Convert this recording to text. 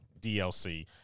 DLC